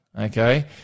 okay